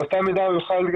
אבל באותה מידה הוא יוכל,